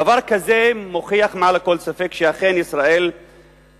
דבר כזה מוכיח מעל לכל ספק שאכן מדינת ישראל פשוט